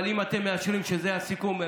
אבל אם אתם מאשרים שזה הסיכום,